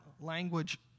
language